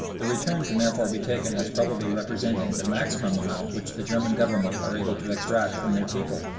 the return can therefore be taken as probably representing the maximum amount which the german government are able to extract from their people.